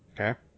Okay